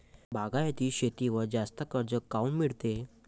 बागायती शेतीवर जास्त कर्ज काऊन मिळते?